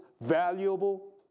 valuable